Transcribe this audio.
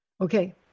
Okay